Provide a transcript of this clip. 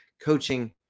coaching